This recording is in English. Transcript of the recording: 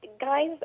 guys